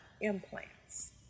implants